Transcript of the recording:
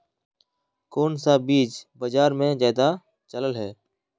कोन सा बीज बाजार में ज्यादा चलल है?